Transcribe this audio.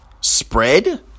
spread